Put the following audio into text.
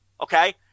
Okay